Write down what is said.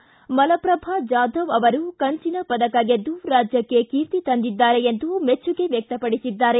ಕುಮಾರಸ್ವಾಮಿ ಮಲಪ್ರಭಾ ಜಾಧವ್ ಅವರು ಕಂಚಿನ ಪದಕ ಗೆದ್ದು ರಾಜ್ಯಕ್ಕೆ ಕೀರ್ತಿ ತಂದಿದ್ದಾರೆ ಎಂದು ಮೆಚ್ಚುಗೆ ವ್ಯಕ್ತಪಡಿಸಿದ್ದಾರೆ